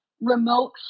remote